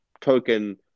token